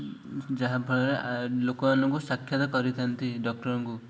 ଯାହାଫଳରେ ଲୋକମାନଙ୍କୁ ସାକ୍ଷାତ କରିଥାନ୍ତି ଡକ୍ଟର୍ଙ୍କୁ